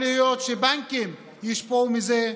ויכול להיות שבנקים יושפעו מזה.